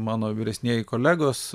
mano vyresnieji kolegos